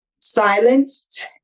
silenced